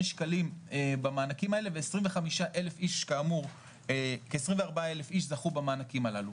שקלים במענקים האלה וכ-24,000 איש זכו במענקים האלה.